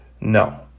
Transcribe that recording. No